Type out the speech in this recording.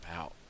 out